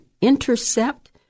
intercept